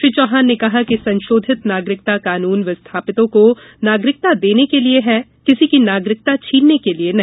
श्री चौहान ने कहा कि संशोधित नागरिकता कानून विस्थापितों को नागरिकता देने के लिए है किसी की नागरिकता छीनने के लिए नहीं